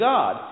God